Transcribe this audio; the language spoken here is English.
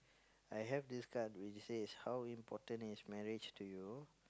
I have this card which says how important is marriage to you